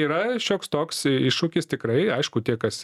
yra šioks toks iššūkis tikrai aišku tie kas